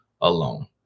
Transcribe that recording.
alone